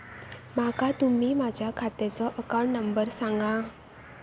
माका तुम्ही माझ्या खात्याचो अकाउंट नंबर सांगा?